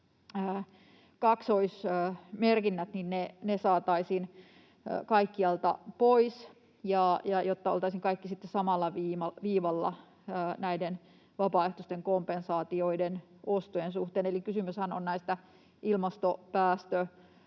kaksoismerkinnät saataisiin kaikkialta pois, jotta oltaisiin kaikki sitten samalla viivalla näiden vapaaehtoisten kompensaatioiden ostojen suhteen. Eli kysymyshän on näistä